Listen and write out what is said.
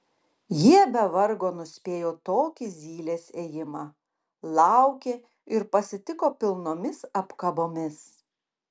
jie be vargo nuspėjo tokį zylės ėjimą laukė ir pasitiko pilnomis apkabomis